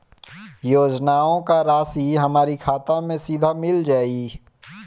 योजनाओं का राशि हमारी खाता मे सीधा मिल जाई?